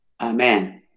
Amen